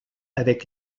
avec